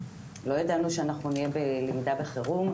לא ידענו שאנחנו נהיה בלמידה בחירום,